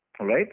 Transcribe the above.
right